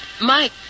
Mike